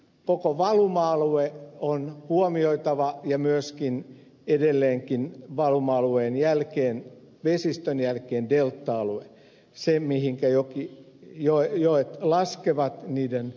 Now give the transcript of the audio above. koko valuma alue on huomioitava ja myöskin edelleenkin valuma alueen jälkeen vesistön jälkeen delta alue se mihinkä joet laskevat niiden laskualueet